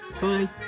Bye